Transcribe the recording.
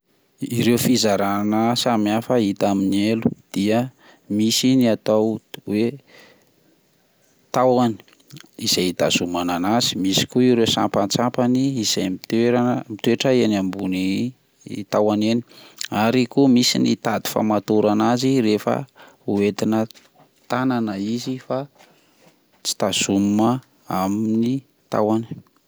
Ireo fizarana samy hafa hita amin'ny elo dia misy ny atao oe taohany izay hitazomana azy, misy ko ireo sampasampany izay mitoerana mi- toetra eny ambony taohany eny ary koa misy ny tady famatorana azy rehefa ho entina tanana izy fa tsy tazomina amin'ny taohany.